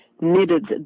needed